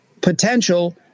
potential